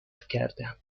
کردم